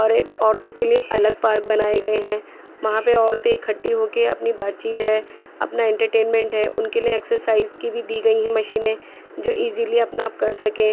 اور عورتوں کے لئے الگ پارک بنائے گئے ہیں وہاں پہ عورتیں اکھٹی ہو کے اپنی بات چیت ہے اپنا انٹرٹینمینٹ ہے اُن کے لئے ایکسرسائز کی بھی دی گئی ہیں مشینیں جو ایزیلی اپنا آپ کر سکیں